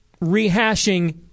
rehashing